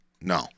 No